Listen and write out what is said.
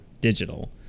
Digital